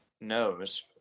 knows